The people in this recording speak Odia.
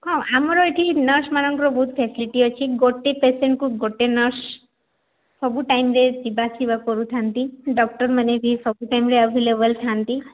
ହଁ ଆମର ଏଠି ନର୍ସ୍ମାନଙ୍କର ବହୁତ ଫ୍ୟାସିଲିଟି ଅଛି ଗୋଟେ ପେସେଣ୍ଟ୍କୁ ଗୋଟେ ନର୍ସ୍ ସବୁ ଟାଇମ୍ରେ ଯିବା ଆସିବା କରୁଥାନ୍ତି ଡକ୍ଟର୍ମାନେ ବି ସବୁ ଟାଇମ୍ରେ ଆଭେଲେବଲ୍ ଥାଆନ୍ତି